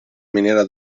miniera